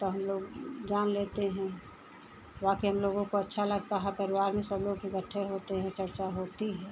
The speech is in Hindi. तो हमलोग जान लेते हैं बाकी हमलोगों को अच्छा लगता है परिवार में सब लोग इकट्ठे होते हैं चर्चा होती है